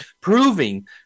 proving